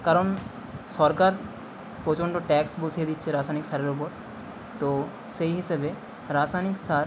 কারণ সরকার প্রচণ্ড ট্যাক্স বসিয়ে দিচ্ছে রাসায়নিক সারের ওপর তো সেই হিসেবে রাসায়নিক সার